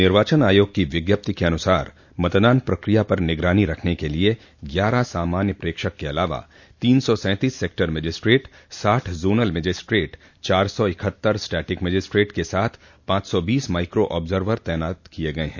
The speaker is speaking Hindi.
निर्वाचन आयोग की विज्ञप्ति के अनुसार मतदान प्रक्रिया पर निगरानी रखने के लिए ग्यारह सामान्य प्रेक्षक के अलावा तीन सौ सैंतीस सेक्टर मजिस्ट्रेट साठ जोनल मजिस्ट्रेट चार सौ इकहत्तर स्टैटिक मजिस्ट्रेट के साथ पांच सौ बीस माइक्रो ऑब्जर्वर तैनात किये गये है